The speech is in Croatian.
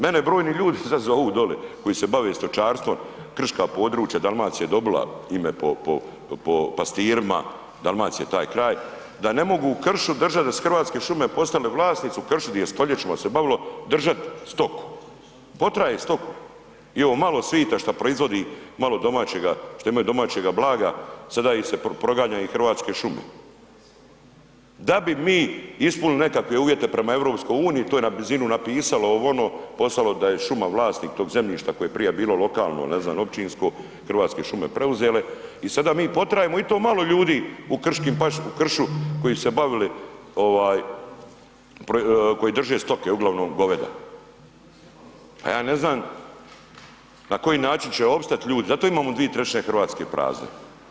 Mene brojni ljudi sad zovu doli koji se bave stočarstvom, krška područja, Dalmacija je dobila ime po, po, po pastirima, Dalmacija i taj kraj da ne mogu u kršu držat, da su Hrvatske šume postale vlasnici u kršu di je stoljećima se bavilo, držat stoku, potraje stoku i ovo malo svita šta proizvodi malo domaćega, što imaju domaćega blaga, sada ih se proganja i Hrvatske šume da bi mi ispunili nekakve uvjete prema EU, to je na brzinu napisalo ovo, ono, poslalo da je šuma vlasnik tog zemljišta koje je prija bilo lokalno, ne znam općinsko, Hrvatske šume preuzele i sada mi potrajemo i to malo ljudi u krškim, u kršu koji su se bavili ovaj, koji drže stoke uglavnom goveda, pa ja ne znan na koji način će opstat ljudi, zato imamo 2/3 RH prazne.